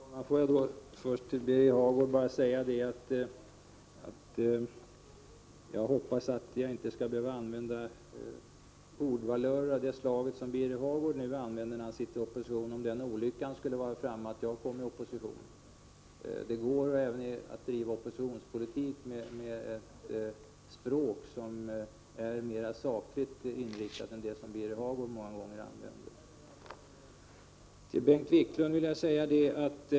Fru talman! Får jag först till Birger Hagård bara säga, att jag hoppas att jag inte skall behöva använda ord av den valör som Birger Hagård nu använder, när han är i opposition — om den olyckan skulle vara framme, att jag kommer i opposition. Det går att driva även oppositionspolitik med ett språk som är mera sakligt inriktat än det som Birger Hagård många gånger använder.